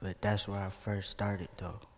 but that's when i first started though